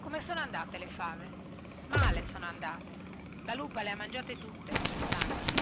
come sono andate le fave male sono andate la lupa le ha mangiate tutte questo anno